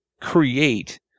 create